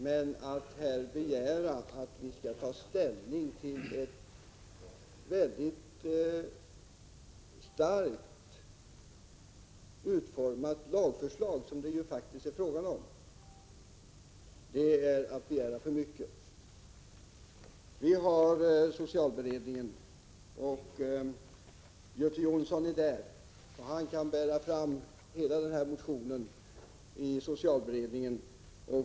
Men att begära att vi skall ta ställning till ett väldigt starkt utformat lagförslag, som det ju faktiskt är fråga om, är att begära för mycket. Vi har socialberedningen, där ju Göte Jonsson ingår. Han kan presentera den här motionen för socialberedningen.